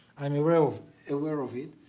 i'm aware of aware of it.